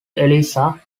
eliza